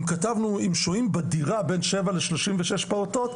אם כתבנו שאם שוהים בדירה בין שבע לשלושים ושש פעוטות,